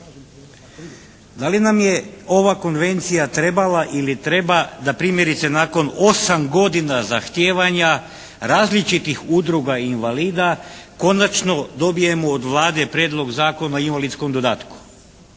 Da li nam je ova konvencija trebala ili treba da primjerice da nakon 8 godina zahtijevanja različitih udruga i invalida konačno dobijemo od Vlade Prijedlog Zakona o invalidskom dodatku